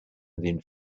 within